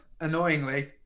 annoyingly